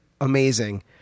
amazing